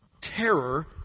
terror